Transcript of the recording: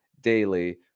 daily